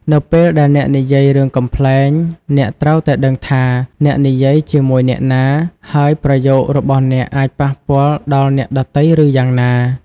នៅពេលដែលអ្នកនិយាយរឿងកំប្លែង អ្នកត្រូវតែដឹងថា អ្នកនិយាយជាមួយអ្នកណា ហើយប្រយោគរបស់អ្នកអាចប៉ះពាល់ដល់អ្នកដទៃឬយ៉ាងណា។